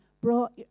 brought